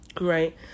right